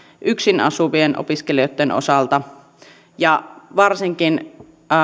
yksin asuvien opiskelijoitten osalta ja varsinkin